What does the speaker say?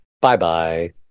Bye-bye